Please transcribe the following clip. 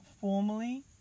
formally